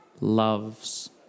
loves